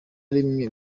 rimwe